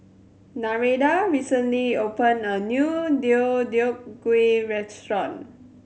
Nereida recently opened a new Deodeok Gui restaurant